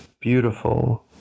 beautiful